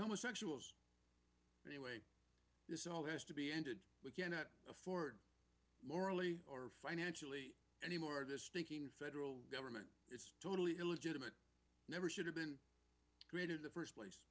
homosexuals this all has to be ended we cannot afford morally or financially anymore to stinking federal government it's totally illegitimate never should have been created the first place